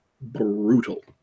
brutal